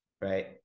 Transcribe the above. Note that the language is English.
right